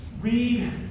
read